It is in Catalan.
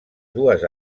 dues